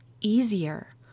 easier